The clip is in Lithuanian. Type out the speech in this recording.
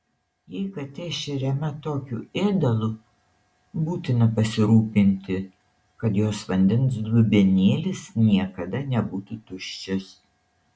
jei katė šeriama tokiu ėdalu būtina pasirūpinti kad jos vandens dubenėlis niekada nebūtų tuščias